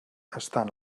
estan